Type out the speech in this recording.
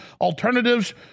alternatives